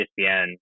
ESPN